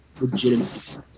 legitimate